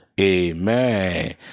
Amen